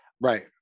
right